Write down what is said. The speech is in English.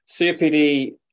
COPD